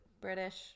British